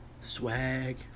Swag